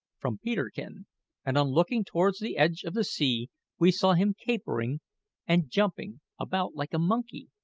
from peterkin, and on looking towards the edge of the sea we saw him capering and jumping about like a monkey,